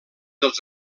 els